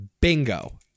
Bingo